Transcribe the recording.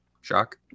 Shock